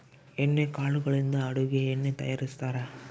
ಎಣ್ಣೆ ಕಾಳುಗಳಿಂದ ಅಡುಗೆ ಎಣ್ಣೆ ತಯಾರಿಸ್ತಾರಾ